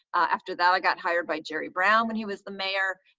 after that, i got hired by jerry brown when he was the mayor.